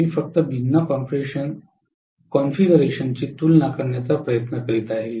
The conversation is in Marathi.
मी फक्त भिन्न कॉन्फिगरेशनची तुलना करण्याचा प्रयत्न करीत आहे